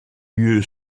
lieu